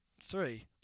Three